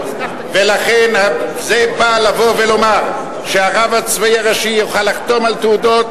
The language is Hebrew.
ולכן זה בא לבוא ולומר שהרב הצבאי הראשי יוכל לחתום על תעודות